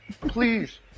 Please